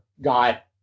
got